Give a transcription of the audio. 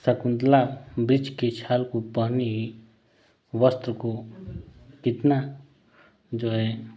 शकुन्तला वृक्ष के छाल को पहनेगी वस्त्र को कितना जो है